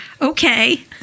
okay